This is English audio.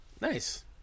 Nice